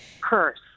curse